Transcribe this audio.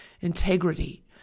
integrity